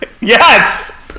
Yes